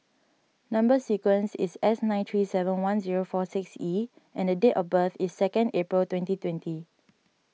Number Sequence is S nine three seven one zero four six E and date of birth is second April twenty twenty